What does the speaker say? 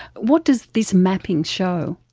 what does this mapping show?